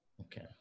Okay